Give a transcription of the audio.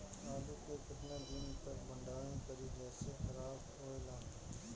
आलू के केतना दिन तक भंडारण करी जेसे खराब होएला?